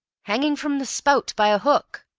hanging from the spout by a hook!